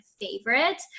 favorite